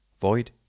void